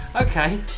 Okay